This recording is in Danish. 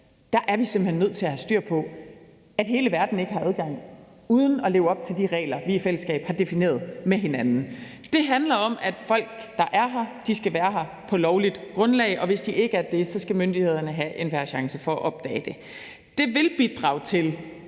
Der er vi simpelt hen nødt til at have styr på, at hele verden ikke har adgang uden at leve op til de regler, vi i fællesskab har defineret med hinanden. Det handler om, at folk, der er her, skal være her på lovligt grundlag, og hvis de ikke er det, skal myndighederne have en fair chance for at opdage det. Det vil bidrage til,